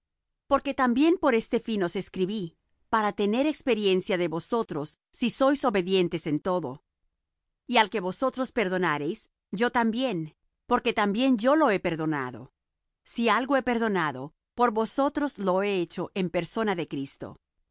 porque también por este fin os escribí para tener experiencia de vosotros si sois obedientes en todo y al que vosotros perdonareis yo también porque también yo lo que he perdonado si algo he perdonado por vosotros lo he hecho en persona de cristo